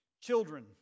children